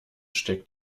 steckt